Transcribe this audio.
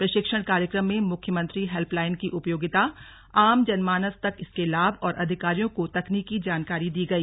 प्रशिक्षण कार्यक्रम में मुख्यमंत्री हेल्पलाइन की उपयोगिता आम जनमानस तक इसके लाभ और अधिकारियों को तकनीकी जानकारी दी गई